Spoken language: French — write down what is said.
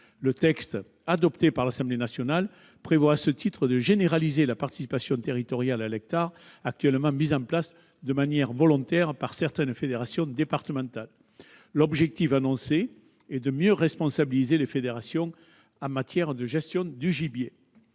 Le texte adopté par l'Assemblée nationale prévoit à ce titre de généraliser la participation territoriale à l'hectare actuellement mise en place de manière volontaire par certaines fédérations départementales. L'objectif annoncé est de mieux responsabiliser les fédérations en matière de gestion du gibier.